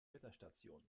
wetterstation